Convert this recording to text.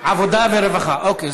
עבודה ורווחה, אוקיי.